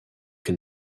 can